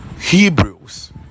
Hebrews